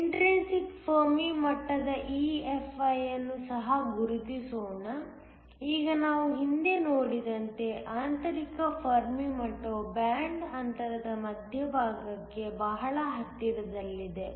intrinsic Fermi ಮಟ್ಟದ EFi ಅನ್ನು ಸಹ ಗುರುತಿಸೋಣ ಈಗ ನಾವು ಹಿಂದೆ ನೋಡಿದಂತೆ ಆಂತರಿಕ ಫೆರ್ಮಿ ಮಟ್ಟವು ಬ್ಯಾಂಡ್ ಅಂತರದ ಮಧ್ಯಭಾಗಕ್ಕೆ ಬಹಳ ಹತ್ತಿರದಲ್ಲಿದೆ